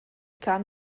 kam